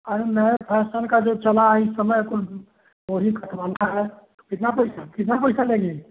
अरे नए फैसन का जो चला है इस समय कुल वही कटवाना है कितना पैसा कितना पैसा लेंगी